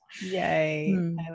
yay